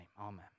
amen